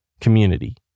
Community